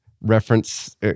reference